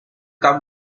come